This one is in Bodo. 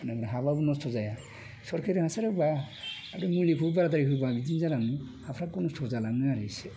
हाफ्रा नस्थ' जाया सरखारि हासार होब्लाथ' मुलिखौ बाराद्राय होब्ला बिदिनो जालाङो हाफ्रा नस्थ' जालाङो आरो एसे